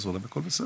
בעיה שלי.